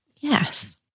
Yes